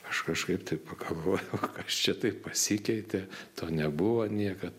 aš kažkaip taip pagalvojau kas čia taip pasikeitė to nebuvo niekad